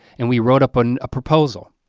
and we wrote up and a proposal.